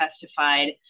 testified